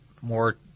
more